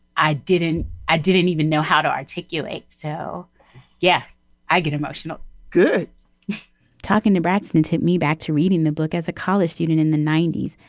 i didn't i didn't even know how to articulate so yeah i get emotional good talking to braxton tipped me back to reading the book as a college student in the ninety s.